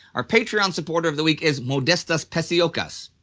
our patreon supporter of the week is modestas peciokas.